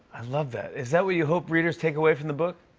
i love that. is that what you hope readers take away from the book?